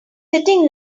sitting